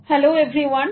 hello everyone